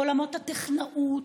לעולמות הטכנאות,